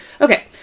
Okay